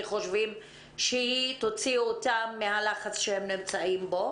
הם חושבים שהיא תוציא אותם מהלחץ שהם נמצאים בו,